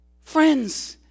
Friends